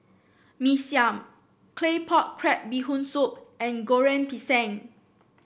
Mee Siam Claypot Crab Bee Hoon Soup and Goreng Pisang